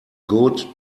good